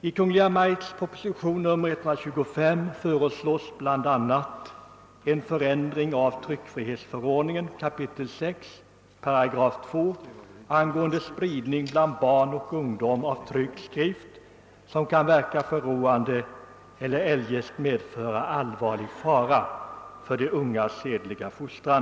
I Kungl. Maj:ts proposition 125 föreslås bl.a. en förändring av tryckfrihetsförordningen 6 kap. 2 § angående spridning bland barn och ungdom av tryckt skrift som kan verka förråande eller eljest medföra allvarlig fara för de ungas sedliga fostran.